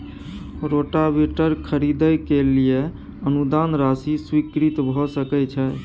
Rotavator खरीदे के लिए अनुदान राशि स्वीकृत भ सकय छैय?